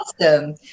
awesome